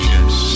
Yes